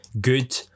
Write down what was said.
good